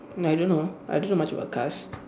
no I don't know I don't know much about cars